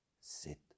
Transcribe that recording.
sit